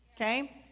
Okay